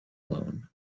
alone